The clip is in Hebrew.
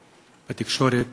שמענו בתקשורת